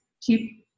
keep